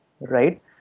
right